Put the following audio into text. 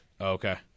Okay